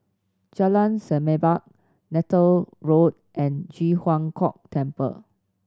Jalan Semerbak Neythal Road and Ji Huang Kok Temple